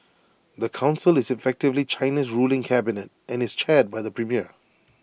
the Council is effectively China's ruling cabinet and is chaired by the premier